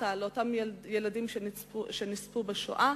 אנדרטה לילדים שנספו בשואה,